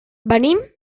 venim